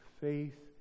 faith